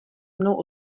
mnou